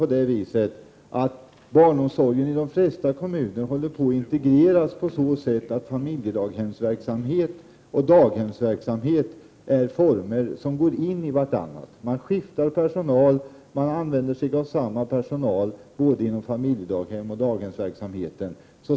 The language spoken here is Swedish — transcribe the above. I dag håller barnomsorgen i de flesta kommuner på att integreras på så sätt att familjedaghemsverksamhet och daghemsverksamhet är former som går in i varandra. Man skiftar personal, och man använder sig av samma personal inom både familjedaghemsoch daghemsverksamheten.